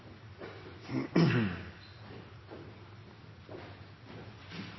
om